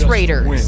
Raiders